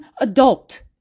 adult